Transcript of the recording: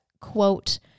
quote